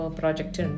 project